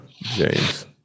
James